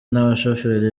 n’abashoferi